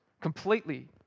completely